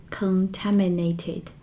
contaminated